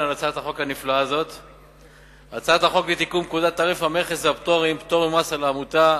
הצעת חוק לתיקון פקודת תעריף המכס והפטורים (פטור ממס לעמותה),